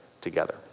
together